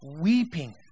weeping